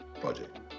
project